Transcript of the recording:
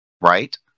right